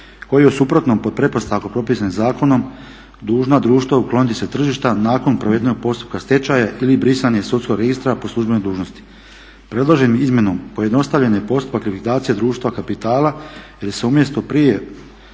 koji u suprotnom pod pretpostavkom propisanim zakonom dužna društvo ukloni sa tržišta nakon provedenog postupka stečaja ili brisanje sudskog registra po službenoj dužnosti. Predlažem izmjenom pojednostavljeni postupak likvidacije društva kapitala jer se umjesto prije